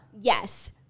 Yes